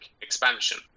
expansion